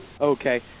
Okay